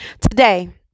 Today